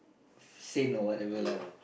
sane or whatever lah